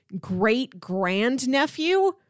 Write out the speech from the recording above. great-grand-nephew